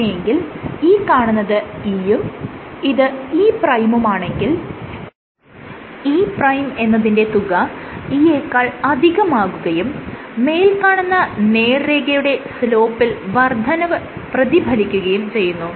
അങ്ങനെയെങ്കിൽ ഈ കാണുന്നത് E യും ഇത് E പ്രൈമുമാണെങ്കിൽ E പ്രൈം എന്നതിന്റെ തുക E യെക്കാൾ അധികമാകുകയും മേല്കാണുന്ന നേർരേഖയുടെ സ്ലോപ്പിൽ വർദ്ധനവ് പ്രതിഫലിക്കുകയും ചെയ്യുന്നു